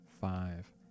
five